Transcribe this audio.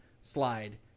slide